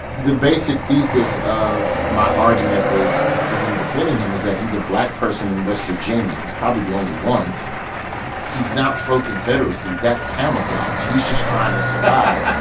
the basic thesis of my argument was was in defending him was that he's a black person in west virginia. he's probably the only one he's not pro confederacy. that's camouflage. he's just trying to survive